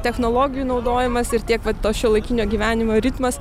technologijų naudojimas ir tiek vat to šiuolaikinio gyvenimo ritmas